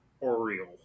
Oriole